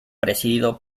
presidido